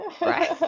Right